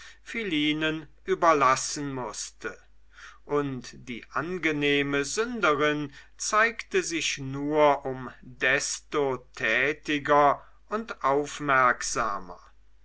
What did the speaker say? philinen überlassen mußte und die angenehme sünderin zeigte sich nur um desto tätiger und aufmerksamer